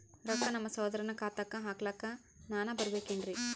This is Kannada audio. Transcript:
ರೊಕ್ಕ ನಮ್ಮಸಹೋದರನ ಖಾತಾಕ್ಕ ಹಾಕ್ಲಕ ನಾನಾ ಬರಬೇಕೆನ್ರೀ?